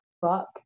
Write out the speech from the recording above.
fuck